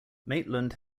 maitland